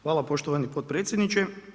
Hvala poštovani potpredsjedniče.